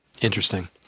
Interesting